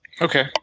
Okay